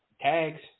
Tags